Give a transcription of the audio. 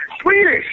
Swedish